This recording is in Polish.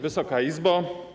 Wysoka Izbo!